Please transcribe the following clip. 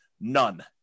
None